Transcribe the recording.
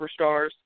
superstars